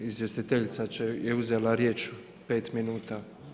Izvjestiteljica je uzela riječ 5 minuta.